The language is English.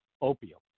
opium